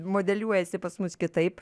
modeliuojasi pas mus kitaip